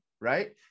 right